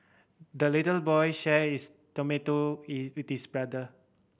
the little boy shared his tomato with his brother